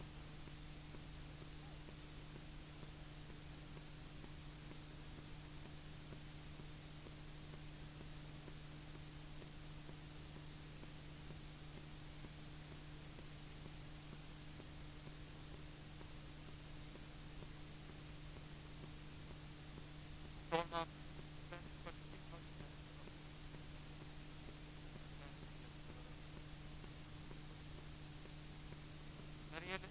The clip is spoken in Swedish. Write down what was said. I stället bör det kustnära laxfisket och laxfisket i älvmynningarna prioriteras.